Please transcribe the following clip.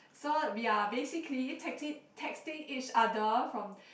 so we are basically texting texting each other from